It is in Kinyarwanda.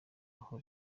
naho